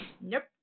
nope